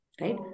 right